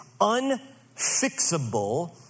unfixable